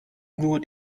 nur